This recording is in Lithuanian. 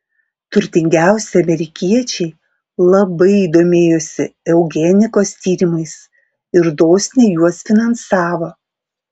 turtingiausi amerikiečiai labai domėjosi eugenikos tyrimais ir dosniai juos finansavo